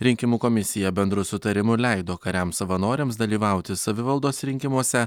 rinkimų komisija bendru sutarimu leido kariams savanoriams dalyvauti savivaldos rinkimuose